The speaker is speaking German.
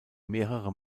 mehrere